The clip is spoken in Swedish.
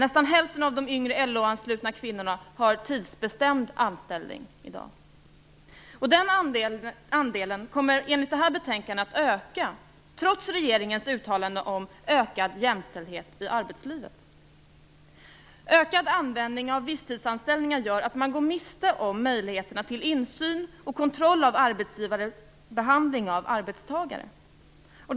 Nästan hälften av de yngre LO-anslutna kvinnorna har tidsbestämd anställning i dag. Den andelen kommer enligt det här betänkandet att öka, trots regeringens uttalande om ökad jämställdhet i arbetslivet. Ökad användning av visstidsanställningar gör att man går miste om möjligheterna till insyn och kontroll av arbetsgivarens behandling av arbetstagare.